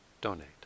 donate